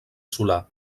solà